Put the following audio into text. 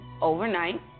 overnight